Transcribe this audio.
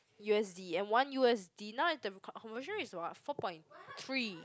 U_S_D and one U_S_D now the conversion is like what four point three